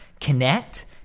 Connect